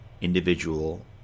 individual